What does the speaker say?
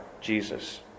Jesus